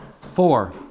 Four